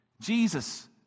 Jesus